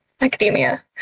academia